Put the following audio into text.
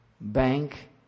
bank